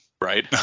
Right